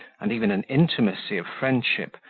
and even an intimacy of friendship,